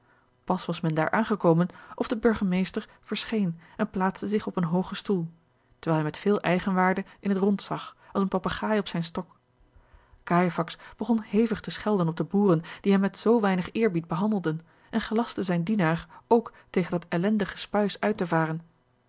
pas was men daar aangekomen of de burgemeester verscheen en plaatste zich op een hoogen stoel terwijl hij met veel eigenwaarde in het rond zag als een papegaai op zijn stok cajefax begon hevig te schelden op de boeren die hem met zoo weinig eerbied behandelden en gelastte zijn dienaar ook tegen dat ellendig gespuis uit te varen